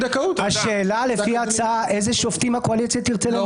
השאלה לפי ההצעה איזה שופטים הקואליציה תרצה למנות.